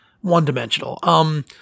one-dimensional